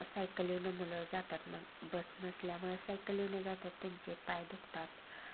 सायकलीवरनं मुलं जातात मग बस नसल्यामुळं सायकलीवरनं जातात त्यांचे पाय दुखतात